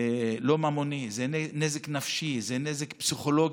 לא ממוני, זה נזק נפשי, זה נזק פסיכולוגי.